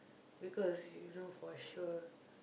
because you know for sure